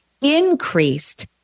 increased